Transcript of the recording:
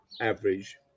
average